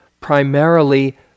primarily